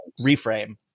reframe